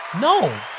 No